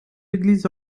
églises